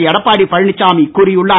எடப்பாடி பழனிச்சாமி கூறியுள்ளார்